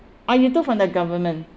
oh you took from the government